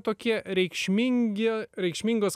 tokie reikšmingi reikšmingos